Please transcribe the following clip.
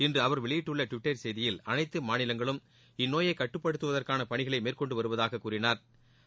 இன்று அவர் வெளியிட்டுள்ள டுவிட்டர் செய்தியில் அனைத்து மாநிலங்களும் இந்நோயை கட்டுப்படுத்துவற்கான பணிகளை மேற்கொண்டு வருவதாக கூறினாா்